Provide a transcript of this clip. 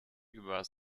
über